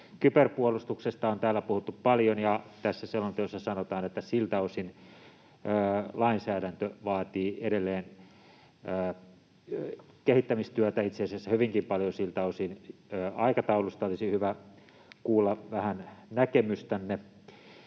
Kyberpuolustuksesta on täällä puhuttu paljon, ja tässä selonteossa sanotaan, että siltä osin lainsäädäntö vaatii edelleen kehittämistyötä, itse asiassa hyvinkin paljon siltä osin. Aikataulusta olisi hyvä kuulla vähän näkemystänne.